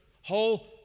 whole